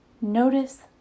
notice